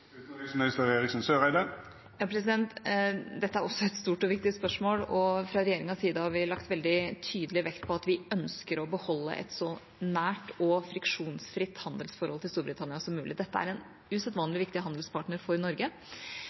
Dette er også et stort og viktig spørsmål, og fra regjeringas side har vi lagt veldig tydelig vekt på at vi ønsker å beholde et så nært og friksjonsfritt handelsforhold til Storbritannia som mulig. Dette er en usedvanlig viktig handelspartner for Norge.